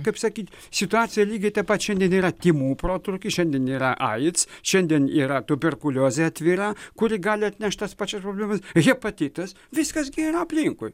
kaip sakyt situacija lygiai taip pat šiandien yra tymų protrūkis šiandien yra aids šiandien yra tuberkuliozė atvira kuri gali atnešti tas pačias problemas hepatitas viskas gi yra aplinkui